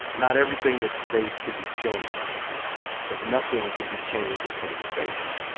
not everything that is faced can be changed but nothing can be changed until it's faced.